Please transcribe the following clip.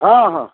हाँ हाँ